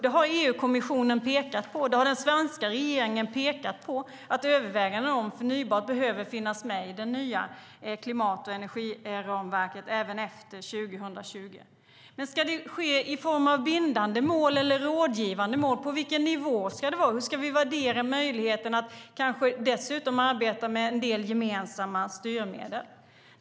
EU-kommissionen och den svenska regeringen har pekat på att överväganden om förnybart behöver finnas med i det nya klimat och energiramverket även efter 2020. Men ska det ske i form av bindande mål eller rådgivande mål? På vilken nivå ska det ligga? Hur ska vi värdera möjligheten att kanske dessutom arbeta med en del gemensamma styrmedel?